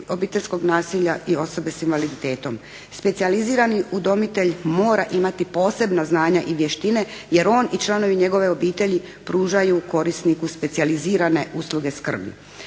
obiteljskog nasilja i osobe sa invaliditetom. Specijalizirani udomitelj mora imati posebna znanja i vještine jer on i članovi njegove obitelji pružaju korisniku specijalizirane usluge skrbi.